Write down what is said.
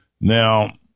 Now